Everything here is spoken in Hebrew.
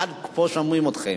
עד פה שומעים אתכם.